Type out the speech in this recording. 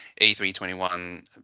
A321